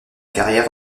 carrière